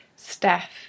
Steph